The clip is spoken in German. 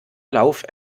lauf